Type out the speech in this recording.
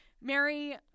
Mary